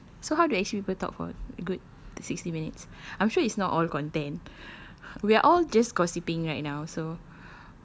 I don't know so how do actually people talk for good sixty minutes I'm sure it's not all content we're all just gossiping right now so